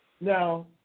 Now